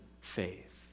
faith